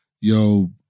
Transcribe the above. yo